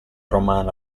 romana